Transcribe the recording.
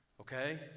Okay